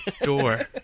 door